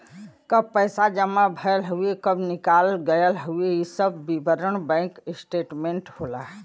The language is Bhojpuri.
कब पैसा जमा भयल हउवे कब निकाल गयल हउवे इ सब विवरण बैंक स्टेटमेंट होला